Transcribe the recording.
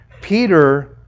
Peter